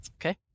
Okay